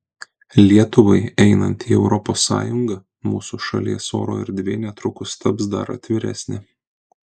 lietuvai einant į europos sąjungą mūsų šalies oro erdvė netrukus taps dar atviresnė